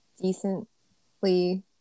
decently